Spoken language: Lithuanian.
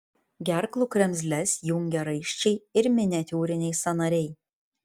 gerklų kremzles jungia raiščiai ir miniatiūriniai sąnariai